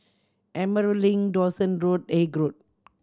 Emerald Link Dawson Road and Haig Road